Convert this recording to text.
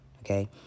Okay